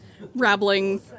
rabbling